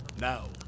Now